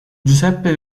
giuseppe